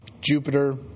jupiter